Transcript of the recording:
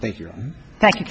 thank you thank you